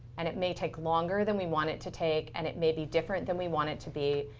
and it may take longer than we want it to take, and it may be different than we want it to be.